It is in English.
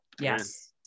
yes